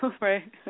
right